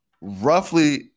Roughly